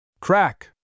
Crack